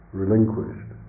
relinquished